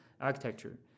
architecture